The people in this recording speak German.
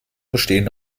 bestehen